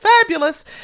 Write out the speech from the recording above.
fabulous